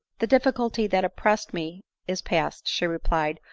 the difficulty that oppressed me is past, she replied,